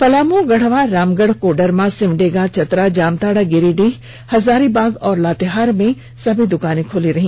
पलामू गढ़वा रामगढ़ कोडरमा सिमडेगा चतरा जामताड़ा गिरिडीह हजारीबाग और लातेहार में सभी दुकानें खुली रहीं